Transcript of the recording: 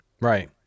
Right